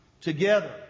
together